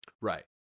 right